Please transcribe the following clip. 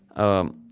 um,